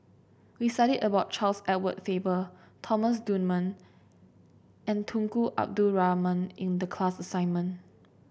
we studied about Charles Edward Faber Thomas Dunman and Tunku Abdul Rahman in the class assignment